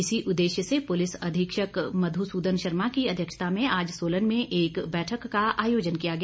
इसी उद्देश्य से पुलिस अधीक्षक मधु सूदन शर्मा की अध्यक्षता में आज सोलन में एक बैठक का आयोजन किया गया